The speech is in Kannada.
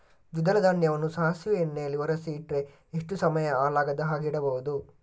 ದ್ವಿದಳ ಧಾನ್ಯವನ್ನ ಸಾಸಿವೆ ಎಣ್ಣೆಯಲ್ಲಿ ಒರಸಿ ಇಟ್ರೆ ಎಷ್ಟು ಸಮಯ ಹಾಳಾಗದ ಹಾಗೆ ಇಡಬಹುದು?